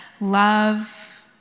love